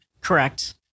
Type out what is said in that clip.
Correct